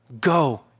go